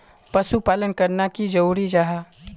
पशुपालन करना की जरूरी जाहा?